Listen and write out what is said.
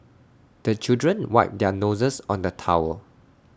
the children wipe their noses on the towel